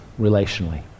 relationally